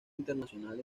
internacional